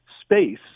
space